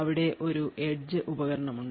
അവിടെ ഒരു എഡ്ജ് ഉപകരണമുണ്ട്